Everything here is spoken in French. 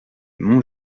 mont